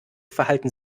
verhalten